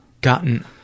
gotten